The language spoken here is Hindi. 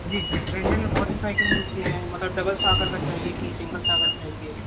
जी सर रेंजर में बहुत ही साइकिल मिलती हैं मतलब डबल साॅकर की चाहिए कि सिंगल साॅकर की चाहिए